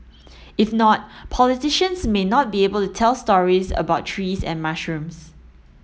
if not politicians may not be able to tell stories about trees and mushrooms